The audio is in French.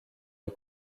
les